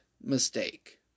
mistake